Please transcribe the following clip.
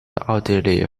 奥地利